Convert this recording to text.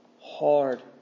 hard